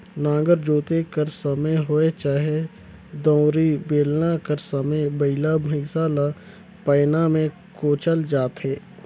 नांगर जोते कर समे होए चहे दउंरी, बेलना कर समे बइला भइसा ल पैना मे कोचल जाथे